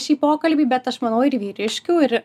šį pokalbį bet aš manau ir vyriškių ir